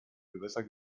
gewässer